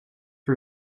for